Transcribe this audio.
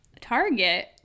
Target